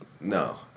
No